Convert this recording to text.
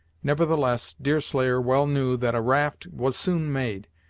nevertheless, deerslayer well knew that a raft was soon made,